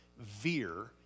veer